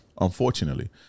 unfortunately